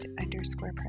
underscore